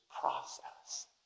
process